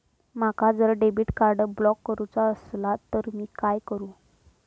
माका जर debit card block करूचा असला तर मी काय करू?